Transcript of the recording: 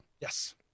Yes